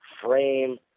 frame